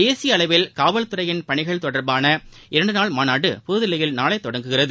தேசிய அளவில் காவல் துறையின் பணிகள் தொடர்பான இரண்டு நாள் மாநாடு புதுதில்லியில் நாளை தொடங்குகிறது